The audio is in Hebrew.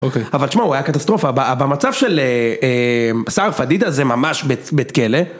אוקיי אבל תשמעו, הוא היה קטסטרופה. במצב של סער פדידה זה ממש בית כלא.